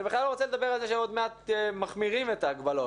אני בכלל לא רוצה לדבר על זה שעוד מעט מחמירים את ההגבלות